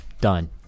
Done